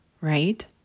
Right